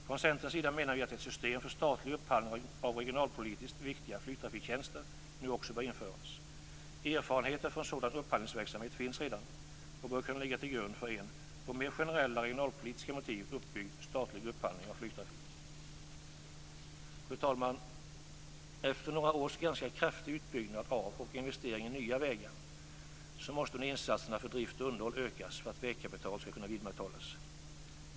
Från Centerns sida menar vi att ett system för statlig upphandling av regionalpolitiskt viktiga flygtrafiktjänster nu också bör införas. Erfarenheter från sådan upphandlingsverksamhet finns redan och bör kunna ligga till grund för en på mer generella regionalpolitiska motiv uppbyggd statlig upphandling av flygtrafik. Fru talman! Efter några års ganska kraftig utbyggnad av och investering i nya vägar måste nu insatserna för drift och underhåll ökas för att vägkapitalet skall kunna vidmakthållas.